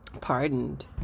pardoned